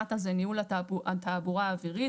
נת"א זה ניהול התעבורה האווירית,